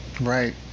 Right